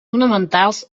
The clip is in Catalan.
fonamentals